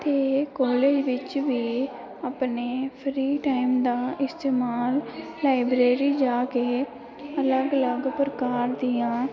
ਅਤੇ ਕਾਲੇਜ ਵਿੱਚ ਵੀ ਆਪਣੇ ਫਰੀ ਟਾਈਮ ਦਾ ਇਸਤੇਮਾਲ ਲਾਇਬਰੇਰੀ ਜਾ ਕੇ ਅਲੱਗ ਅਲੱਗ ਪ੍ਰਕਾਰ ਦੀਆਂ